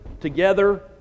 together